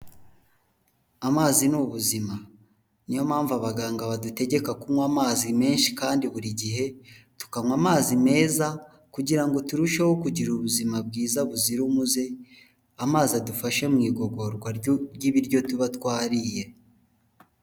Amazi n'ubuzima, niyo mpamvu abaganga badutegeka kunywa amazi menshi kandi buri gihe, tukanywa amazi meza kugira ngo turusheho kugira ubuzima bwiza buzira umuze, amazi adufashe mu igogorwa ry'ibiryo tuba twariye.